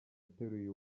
ateruye